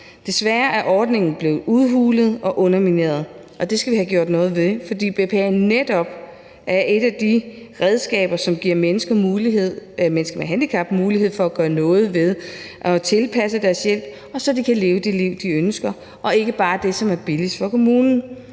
Desværre er ordningen blevet udhulet og undermineret, og det skal vi have gjort noget ved, fordi BPA'en netop er et af de redskaber, som giver mennesker med handicap mulighed for at gøre noget for at tilpasse deres hjælp, så de kan leve det liv, de ønsker, og ikke bare det, som er billigst for kommunen